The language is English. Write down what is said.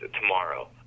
tomorrow